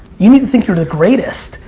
you need to think you're the greatest.